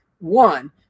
One